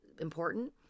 important